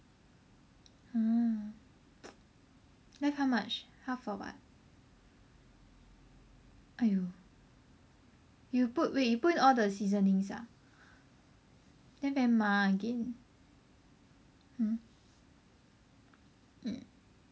!huh! left how much half or what !aiyo! you put wait you put in all the seasonings ah then very 麻 again hmm mm